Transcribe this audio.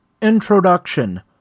Introduction